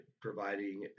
providing